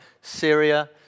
Syria